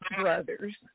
brothers